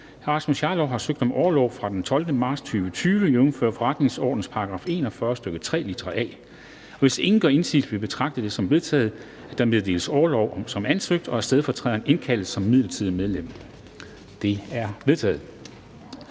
Rasmus Jarlov har søgt om orlov fra den 12. maj 2020, jf. forretningsordenens § 41, stk. 3, litra a. Hvis ingen gør indsigelse, vil jeg betragte det som vedtaget, at der meddeles orlov som ansøgt, og at stedfortræderen indkaldes som midlertidigt medlem. Det er vedtaget.